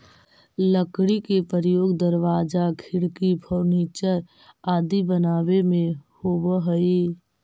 लकड़ी के प्रयोग दरवाजा, खिड़की, फर्नीचर आदि बनावे में होवऽ हइ